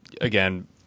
again